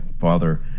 Father